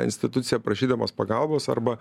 instituciją prašydamas pagalbos arba